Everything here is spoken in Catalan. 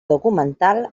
documental